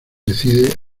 decide